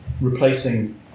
replacing